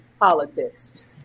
politics